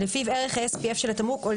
ושלפיו ערך ה-SPF של התמרוק,